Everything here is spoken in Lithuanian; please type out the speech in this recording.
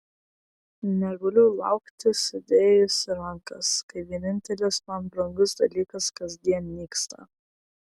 negaliu laukti sudėjusi rankas kai vienintelis man brangus dalykas kasdien nyksta